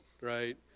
right